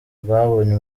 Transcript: rwabonye